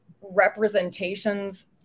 representations